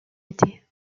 été